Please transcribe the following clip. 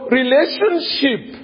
relationship